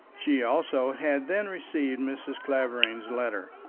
she also had then received mrs. clavering's letter,